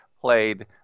played